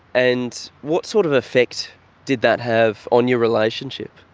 and what sort of effect did that have on your relationship?